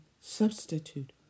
substitute